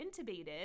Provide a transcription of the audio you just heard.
intubated